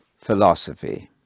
philosophy